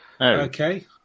Okay